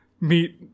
meet